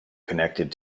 connected